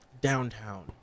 Downtown